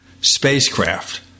spacecraft